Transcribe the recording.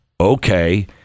okay